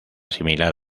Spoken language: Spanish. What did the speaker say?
similar